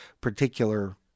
particular